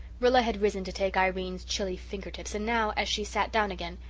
rilla had risen to take irene's chilly finger-tips and now, as she sat down again,